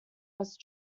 west